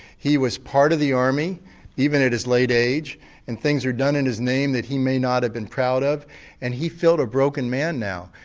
he was part of the army even at his late age and things were done in his name that he may not have been proud of and he felt a broken man now.